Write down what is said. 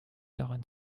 daran